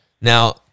Now